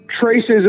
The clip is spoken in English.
traces